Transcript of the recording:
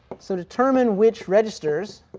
so determine which registers